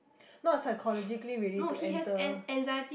not psychologically ready to enter